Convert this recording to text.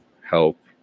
help